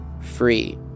free